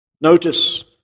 Notice